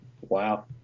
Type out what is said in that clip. wow